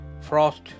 frost